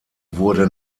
wurde